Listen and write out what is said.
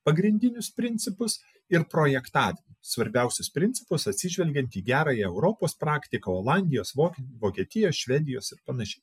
pagrindinius principus ir projektą svarbiausius principus atsižvelgiant į gerąją europos praktiką olandijos vokiečių vokietijos švedijos ir panašiai